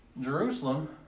Jerusalem